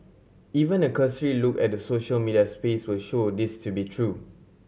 even a cursory look at the social media space will show this to be true